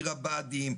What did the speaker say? עיר הבה"דים,